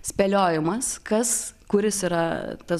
spėliojimas kas kuris yra tas